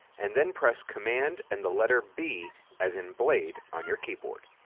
and then press command and the letter b as in blade on your keyboard.